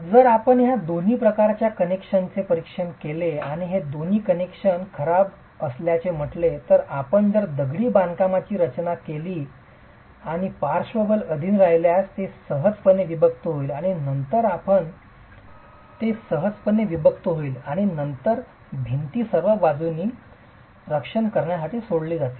जर आपण या दोन प्रकारच्या कनेक्शनचे परीक्षण केले आणि हे दोन्ही कनेक्शन खराब असल्याचे म्हटले तर आपण जर दगडी बांधकामाची रचना घेतली आणि पार्श्व बल अधीन राहिल्यास ते सहजपणे विभक्त होईल आणि नंतर भिंती सर्व बाजूंनी बाजूचे रक्षण करण्यासाठी सोडली जातील